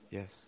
Yes